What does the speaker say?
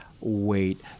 wait